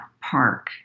park